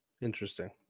Interesting